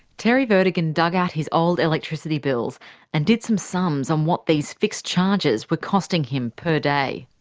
terry vertigan dug out his old electricity bills and did some sums on what these fixed charges were costing him per day.